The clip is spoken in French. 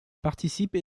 participe